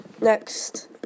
Next